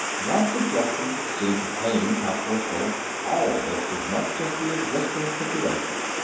that suggestion seemed to pain count erskyll almost as much as the existing situation.